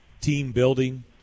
team-building